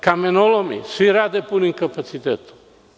Kamenolomi svi rade punim kapacitetom.